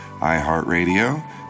iHeartRadio